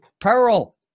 peril